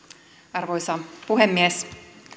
arvoisa puhemies